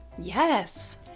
Yes